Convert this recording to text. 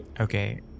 okay